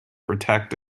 protect